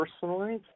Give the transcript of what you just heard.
personally